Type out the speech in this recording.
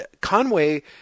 Conway